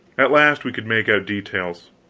at last we could make out details.